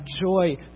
joy